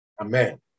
Amen